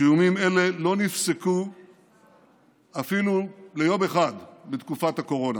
שאיומים אלה לא נפסקו אפילו ליום אחד בתקופת הקורונה.